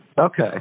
Okay